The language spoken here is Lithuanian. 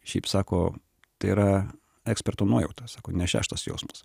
šiaip sako tai yra eksperto nuojauta sako ne šeštas jausmas